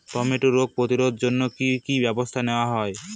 টমেটোর রোগ প্রতিরোধে জন্য কি কী ব্যবস্থা নেওয়া হয়?